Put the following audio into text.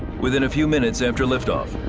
within a few minutes after lift off,